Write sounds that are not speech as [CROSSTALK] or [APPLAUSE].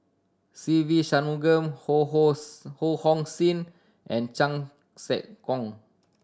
Se Ve Shanmugam Ho Hong [UNINTELLIGIBLE] Ho Hong Sing and Chan Sek Keong